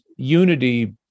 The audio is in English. unity